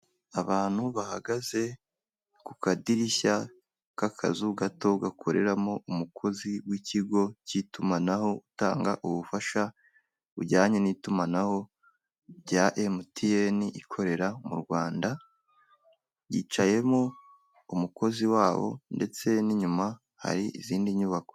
Abantu bahagaze ku kadirishya k'akazu gato gakoreramo umukozi w'ikigo cy'itumanaho, utanga ubufasha bujyanye n'itumanaho rya Emutiyeni ikorera mu Rwanda, Hicayemo umukozi wabo ndetse n'inyuma hari izindi nyubako.